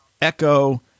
Echo